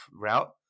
route